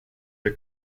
are